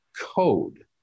code